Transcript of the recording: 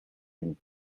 and